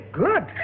good